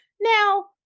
now